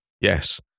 yes